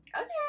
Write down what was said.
okay